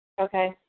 Okay